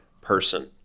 person